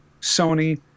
Sony